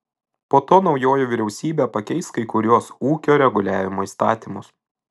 po to naujoji vyriausybė pakeis kai kuriuos ūkio reguliavimo įstatymus